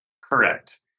Correct